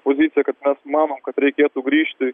pozicija kad mes manom kad reikėtų grįžti